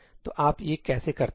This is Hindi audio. तो आप ये कैसे करते हैं